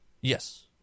Yes